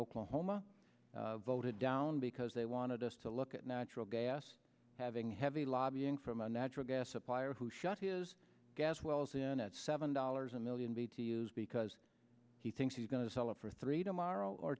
oklahoma voted down because they wanted us to look at natural gas having heavy lobbying from a natural gas supplier who shut his gas wells in at seven dollars a million b to use because he thinks he's going to sell it for three tomorrow or